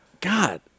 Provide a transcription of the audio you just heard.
God